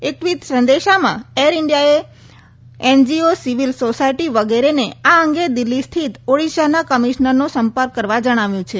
એક ટ્વીટ સંદેશમાં એક ઇન્ડિયાએ એનજીઓ સિવિલ સોસાયટી વગેરેને આ અંગે દિલ્હી સ્થિત ઓડિશાના કમિશ્નરનો સંપર્ક કરવા જણાવ્યું છે